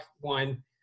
one